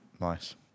Nice